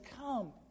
come